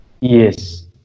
yes